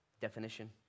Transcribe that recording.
definition